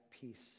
peace